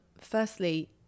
Firstly